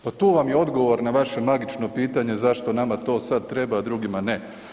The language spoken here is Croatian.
Pa tu vam je odgovor na vaše magično pitanje zašto nama to sada treba a drugima ne.